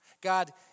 God